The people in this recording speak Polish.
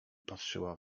patrzyła